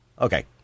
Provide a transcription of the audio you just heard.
Okay